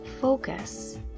focus